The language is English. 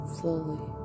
slowly